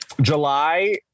July